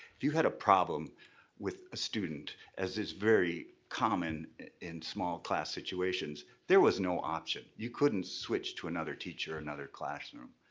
if you had a problem with a student, as is very common in small class situations, there was no option. you couldn't switch to another teacher, another classroom.